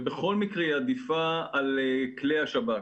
ובכל מקרה היא עדיפה על כלי השב"כ.